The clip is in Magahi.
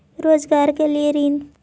रोजगार के लिए ऋण?